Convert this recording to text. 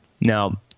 Now